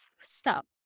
stop